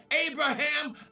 Abraham